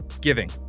Giving